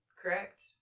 correct